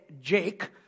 Jake